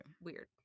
Weird